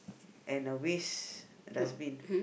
and the waste dustbin